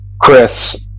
Chris